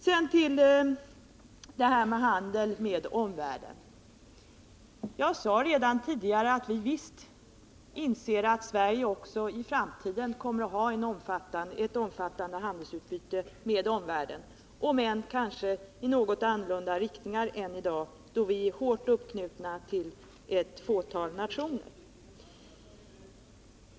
Så till handeln med omvärlden: Jag sade tidigare att vi visst inser att Sverige också i framtiden kommer att ha ett omfattande handelsutbyte med omvärlden, om än med något annorlunda inriktning än i dag, då vi är hårt uppknutna till ett fåtal nationer.